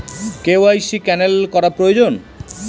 KYC cancel করা প্রয়োজন?